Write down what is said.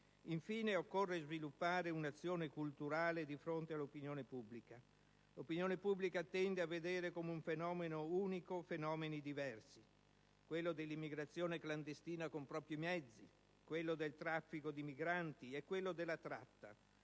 Infine, occorre sviluppare una azione culturale dì fronte all'opinione pubblica, che tende a vedere come un fenomeno unico fenomeni diversi: quello dell'immigrazione clandestina con propri mezzi, quello del traffico di migranti e quello della tratta.